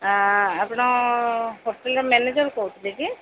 ଆପଣ ହୋଟେଲ୍ର ମ୍ୟାନେଜର କହୁଥିଲେ କି